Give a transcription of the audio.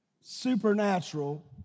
supernatural